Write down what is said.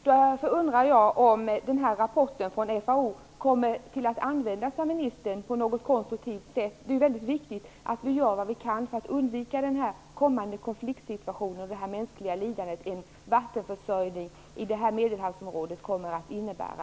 Därför undrar jag om rapporten från FAO kommer att användas av ministern på något konstruktivt sätt. Det är väldigt viktigt att vi gör vad vi kan för att undvika en kommande konfliktsituation och det mänskliga lidande som problem med vattenförsörjningen i det berörda Medelhavsområdet kommer att innebära.